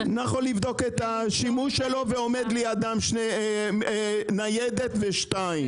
-- אני יכול לבדוק את השימוש שלו ועומד לידם ניידת ושתיים.